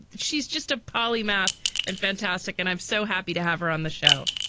but she's just a polymath and fantastic and i'm so happy to have her on the show